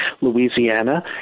Louisiana